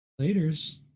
Laters